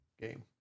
game